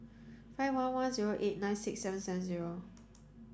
five one one zero eight nine six seven seven zero